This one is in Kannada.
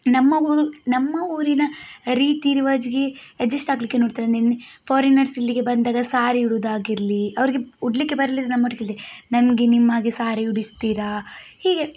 ನಮ್ಮ ಊರು ನಮ್ಮ ಊರಿನ ರೀತಿ ರಿವಾಜಿಗೆ ಅಡ್ಜಸ್ಟಾಗಲಿಕ್ಕೆ ನೋಡ್ತಾರೆ ನಿನ್ನೆ ಫಾರಿನರ್ಸ್ ಇಲ್ಲಿಗೆ ಬಂದಾಗ ಸಾರೀ ಉಡುದಾಗಿರಲಿ ಅವ್ರಿಗೆ ಉಡಲಿಕ್ಕೆ ಬರದಿದ್ದರೆ ನಮ್ಮ ಒಟ್ಟಿಗಿಲ್ಲಿ ನಮಗೆ ನಿಮ್ಮ ಹಾಗೆ ಸಾರೀ ಉಡಿಸ್ತೀರಾ ಹೀಗೆ